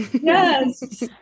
Yes